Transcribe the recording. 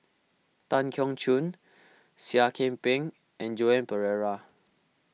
Tan Keong Choon Seah Kian Peng and Joan Pereira